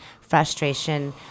frustration